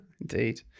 Indeed